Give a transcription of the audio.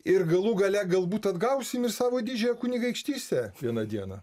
ir galų gale galbūt atgausim ir savo didžiąją kunigaikštystę vieną dieną